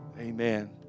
Amen